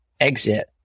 exit